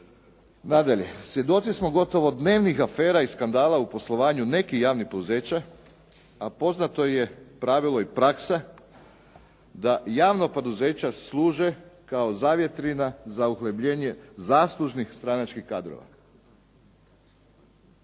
Nadalje, svjedoci smo gotovo dnevnih afera i skandala u poslovanju nekih javnih poduzeća a poznato je pravilo i praksa da javna poduzeća služe kao zavjetrina za uglibljenje zaslužnih stranačkih kadrova.